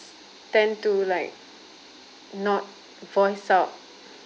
tend to like not voice out